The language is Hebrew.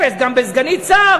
אפס גם בסגנית שר.